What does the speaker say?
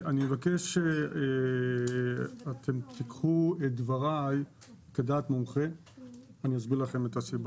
אני אבקש שתיקחו את דבריי כדעת מומחה ואני אסביר לכם את הסיבה.